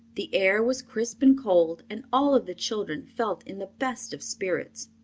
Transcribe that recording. the air was crisp and cold and all of the children felt in the best of spirits.